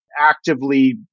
actively